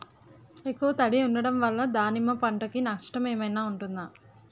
ఎక్కువ తడి ఉండడం వల్ల దానిమ్మ పంట కి నష్టం ఏమైనా ఉంటుందా?